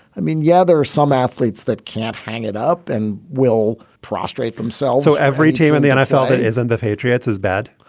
i mean, yeah, there are some athletes that can't hang it up and will prostrate themselves so every team in the nfl, it isn't the patriots is bad.